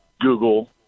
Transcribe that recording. Google